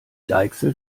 deichsel